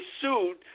sued